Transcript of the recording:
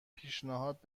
پیشنهاد